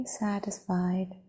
satisfied